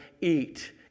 eat